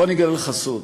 בוא אני אגלה לך סוד,